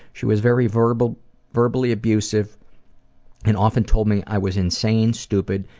she was very verbally verbally abusive and often told me i was insane, stupid,